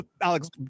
Alex